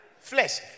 flesh